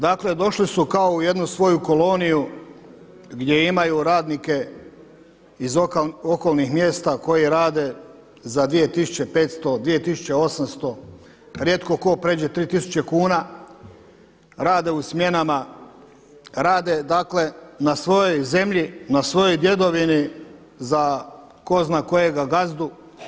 Dakle, došli su u jednu svoju koloniju gdje imaju radnike iz okolnih mjesta koji rade za 2500, 2800, rijetko tko prijeđe 3000 kuna, rade u smjenama, rade dakle na svojoj zemlji, na svojoj djedovini za tko zna kojega gazdu.